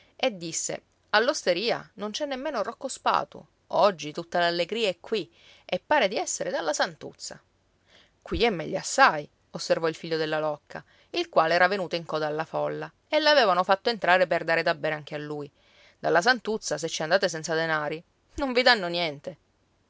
e disse all'osteria non c'è nemmeno rocco spatu oggi tutta l'allegria è qui e pare di essere dalla santuzza qui è meglio assai osservò il figlio della locca il quale era venuto in coda alla folla e l'avevano fatto entrare per dare da bere anche a lui dalla santuzza se ci andate senza denari non vi danno niente